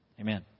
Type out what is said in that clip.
Amen